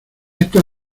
esta